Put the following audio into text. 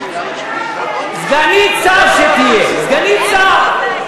סגנית שר שתהיה, סגנית שר.